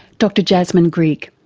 dr jasmin grigg.